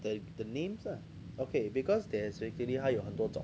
the the names lah okay because there's actually 他有很多种